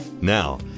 Now